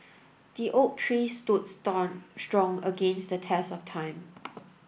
the oak tree stood strong against the test of time